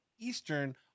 eastern